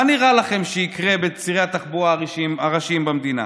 מה נראה לכם שיקרה בצירי התחבורה הראשיים במדינה?